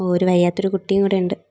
ഓ ഒരു വയ്യാത്ത ഒരു കുട്ടിയും കൂടെയുണ്ട്